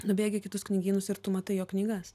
nubėgi į kitus knygynus ir tu matai jo knygas